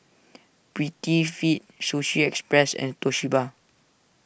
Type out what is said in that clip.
Prettyfit Sushi Express and Toshiba